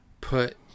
put